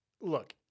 look